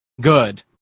Good